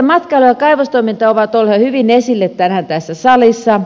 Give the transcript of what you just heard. matkailu ja kaivostoiminta ovat olleet hyvin esillä tänään tässä salissa